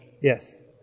Yes